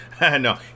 No